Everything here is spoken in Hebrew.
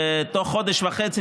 ותוך חודש וחצי,